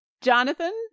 Jonathan